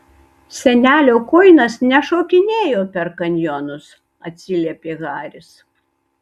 senelio kuinas nešokinėjo per kanjonus atsiliepė haris